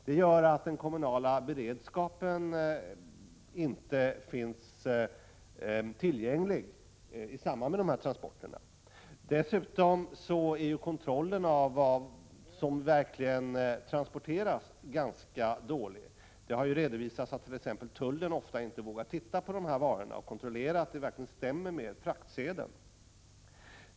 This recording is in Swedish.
Det gör att den kommunala beredskapen inte är tillgänglig i samband med de här transporterna. Dessutom är kontrollen av vad som verkligen transporteras ganska dålig. Det har redovisats att t.ex. tullen ofta inte vågar titta på de här varorna och kontrollera att det som transporteras verkligen stämmer med fraktsedeln.